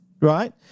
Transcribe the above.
right